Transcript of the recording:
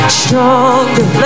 stronger